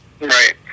Right